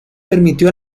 permitió